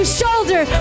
shoulder